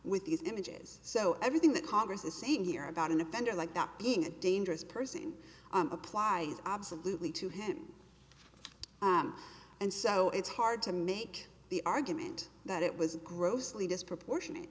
with these images so everything that congress is saying here about an offender like that being a dangerous person applies absolutely to him and so it's hard to make the argument that it was grossly disproportionate